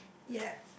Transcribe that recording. yeap